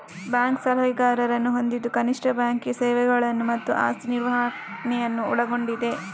bank ಸಲಹೆಗಾರರನ್ನು ಹೊಂದಿದ್ದು ಕನಿಷ್ಠ ಬ್ಯಾಂಕಿಂಗ್ ಸೇವೆಗಳನ್ನು ಮತ್ತು ಆಸ್ತಿ ನಿರ್ವಹಣೆಯನ್ನು ಒಳಗೊಂಡಿದೆ